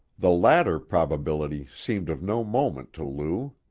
the latter probability seemed of no moment to lou.